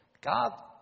God